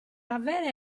avere